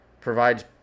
provides